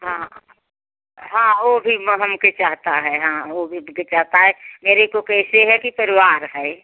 हाँ हाँ वह भी वह हमको चाहता है हाँ वह भी है मेरे को कैसे है कि परिवार है